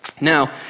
Now